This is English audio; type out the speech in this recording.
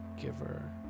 Giver